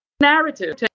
narrative